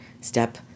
step